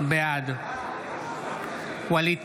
בעד ווליד